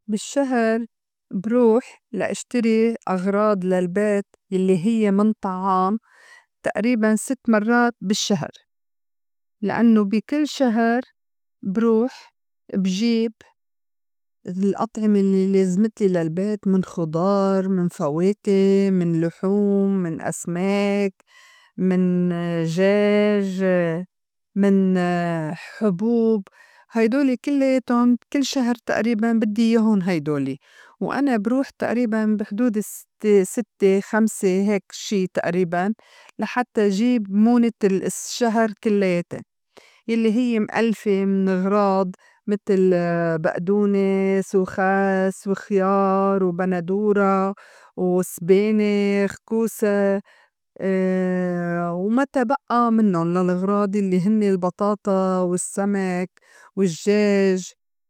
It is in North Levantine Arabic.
بالشّهر بروح لأشتري أغراض للبيت يلّي هيّ من طعام تقريباً ست مرّات بالشّهر لإنّو بي كل شهر بروح بجيب الأطعمة لّي لازمتلي للبيت من خُضار، من فواكه، من لحوم، من أسماك، من جاج، من حُبوب هيدول كلّياتُن كل شهر تقريباً بدّي ياهُن هيدولي، وأنا بروح تقريباً بي حدود الستّ ستّي خمسة هيك شي تقريباً لحتّى جيب مونة الشّهر كلّياتا يلّي هيّ مألْفة من اغراض متل بقدونس، وخس، وخيار، وبندورة وسبانخ، كوسا وما تبئّى منُّن للغراض يلّي هنّي البطاطا والسّمك والجّاج.